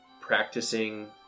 practicing